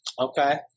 Okay